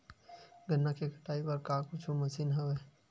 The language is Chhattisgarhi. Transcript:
गन्ना के कटाई बर का कुछु मशीन हवय?